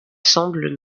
semblent